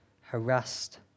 harassed